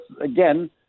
again